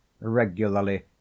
regularly